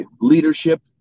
leadership